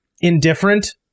indifferent